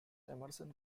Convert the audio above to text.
emerson